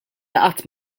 qatt